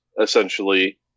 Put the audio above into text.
essentially